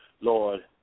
Lord